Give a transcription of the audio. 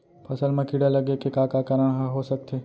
फसल म कीड़ा लगे के का का कारण ह हो सकथे?